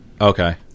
Okay